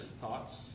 thoughts